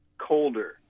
colder